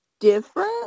different